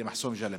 למחסום ג'למה.